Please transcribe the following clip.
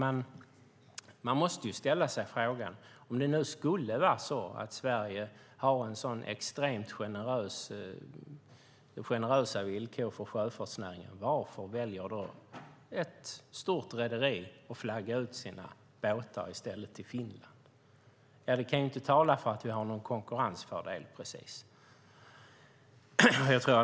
Men man måste ställa sig frågan: Om det skulle vara så att Sverige har extremt generösa villkor för sjöfartsnäringen, varför väljer då ett stort rederi att flagga ut sina båtar till Finland? Det kan inte precis tala för att vi har någon konkurrensfördel.